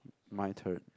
my turn